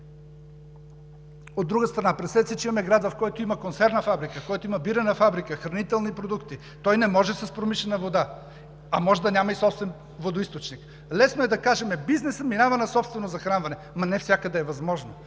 От друга страна, представете си, че имаме град, в който има консервна фабрика, който има бирена фабрика, хранителни продукти – той не може с промишлена вода, а може да няма и собствен водоизточник. Лесно е да кажем: бизнесът минава на собствено захранване, ама не навсякъде е възможно,